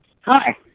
Hi